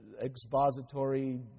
expository